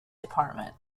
department